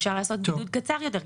אפשר לעשות בידוד קצר יותר.